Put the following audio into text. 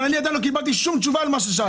אבל אני עדיין לא קיבלתי שום תשובה על מה ששאלתי.